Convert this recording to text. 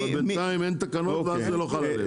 אבל בינתיים אין תקנות וזה לא חל עליהן.